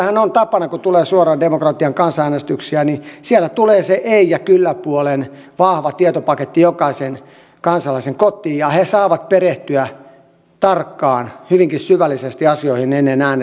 sveitsissähän on tapana kun tulee suoran demokratian kansanäänestyksiä että siellä tulee se ei ja kyllä puolen vahva tietopaketti jokaisen kansalaisen kotiin ja he saavat perehtyä tarkkaan hyvinkin syvällisesti asioihin ennen äänestämistä